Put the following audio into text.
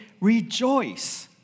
Rejoice